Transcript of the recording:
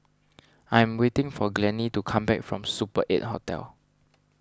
I am waiting for Glennie to come back from Super eight Hotel